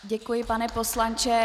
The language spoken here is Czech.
Děkuji, pane poslanče.